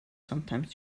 sometimes